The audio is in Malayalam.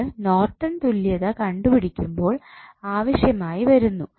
ഇത് നോർട്ടൺ തുല്യത കണ്ടുപിടിക്കുമ്പോൾ ആവശ്യമായി വരുന്നു